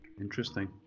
Interesting